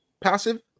passive